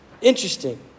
Interesting